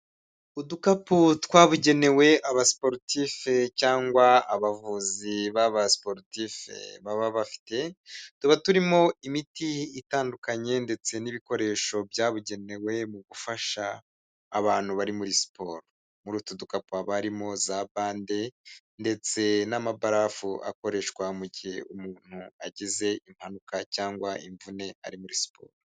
Udukapu twabugenewe aba sportif cyangwa abavuzi b'aba sportif baba bafite, tuba turimo imiti itandukanye ndetse n'ibikoresho byabugenewe mu gufasha abantu bari muri siporo. Muri utu dukapu haba harimo za bande ndetse n'amabarafu akoreshwa mu gihe umuntu agize impanuka cyangwa imvune ari muri siporo.